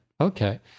okay